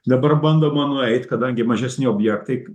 dabar bandoma nueit kadangi mažesni objektai